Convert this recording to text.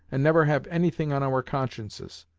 and never have anything on our consciences.